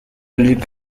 lick